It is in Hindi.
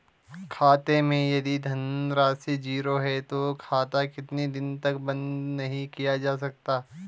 खाते मैं यदि धन राशि ज़ीरो है तो खाता कितने दिन तक बंद नहीं किया जा सकता?